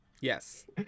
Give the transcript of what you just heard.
yes